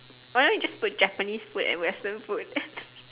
why not you just put Japanese food and Western food